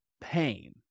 pain